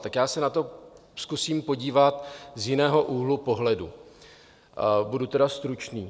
Tak já se na to zkusím podívat z jiného úhlu pohledu, budu tedy stručný.